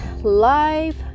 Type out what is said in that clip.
life